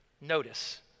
Notice